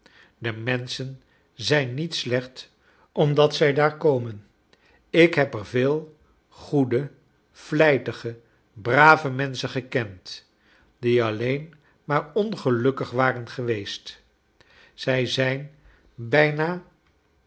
de menschen zijn niet slecht omdat zij daar komen ik heb er veel goede vlijtige brave menschen gekend die alleen maar ongelukkig waren geweest zij zijn bijna